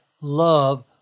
love